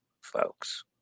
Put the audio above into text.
folks